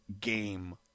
game